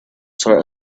sort